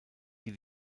die